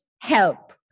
help